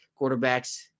quarterbacks